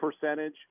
percentage